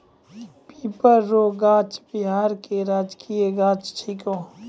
पीपर रो गाछ बिहार के राजकीय गाछ छिकै